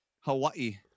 Hawaii